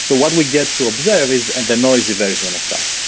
so what we get to observe is and the noisy version of that.